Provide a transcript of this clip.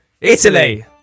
Italy